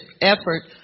effort